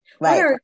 Right